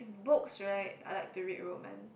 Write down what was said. books right I like to read romance